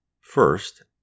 First